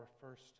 first